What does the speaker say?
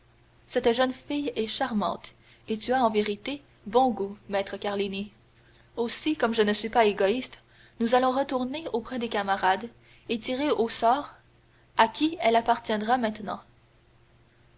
cette jeune fille est charmante et tu as en vérité bon goût maître carlini aussi comme je ne suis pas égoïste nous allons retourner auprès des camarades et tirer au sort à qui elle appartiendra maintenant